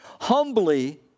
Humbly